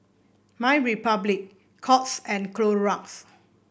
MyRepublic Courts and Clorox